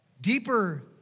deeper